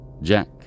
Jack